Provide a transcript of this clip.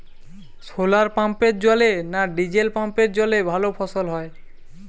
শোলার পাম্পের জলে না ডিজেল পাম্পের জলে ভালো ফসল হয়?